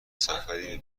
سفری